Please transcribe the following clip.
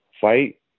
fight